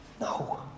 No